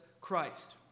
Christ